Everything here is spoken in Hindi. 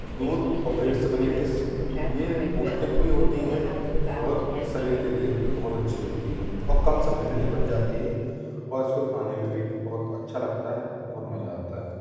दूध और ब्रेड से बनी डिस ये पौष्टिक भी होती है और शरीर के लिए बहुत अच्छी होती है और कम समय में ये बन जाती है और इसको खाने में भी बहुत अच्छा लगता है बहुत मजा आता है